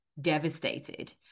devastated